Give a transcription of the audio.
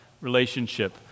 relationship